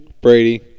Brady